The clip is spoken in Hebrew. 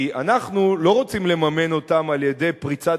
כי אנחנו לא רוצים לממן אותם על-ידי פריצת